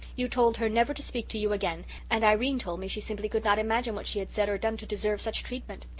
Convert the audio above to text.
you told her never to speak to you again and irene told me she simply could not imagine what she had said or done to deserve such treatment.